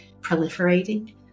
proliferating